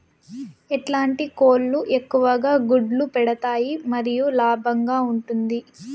ఎట్లాంటి కోళ్ళు ఎక్కువగా గుడ్లు పెడతాయి మరియు లాభంగా ఉంటుంది?